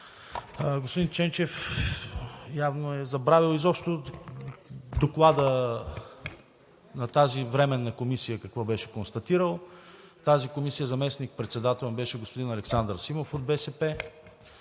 господин Ченчев явно е забравил изобщо доклада на тази временна комисия какво беше констатирал. На тази Комисия заместник-председател беше господин Александър Симов от БСП.